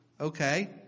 Okay